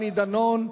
דני דנון.